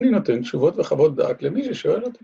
‫אני נותן תשובות וחוות דעת ‫למי ששואל אותי.